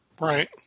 right